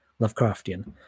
Lovecraftian